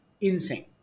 insane